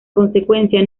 consecuencia